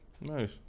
Nice